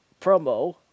promo